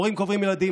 הורים קוברים ילדים.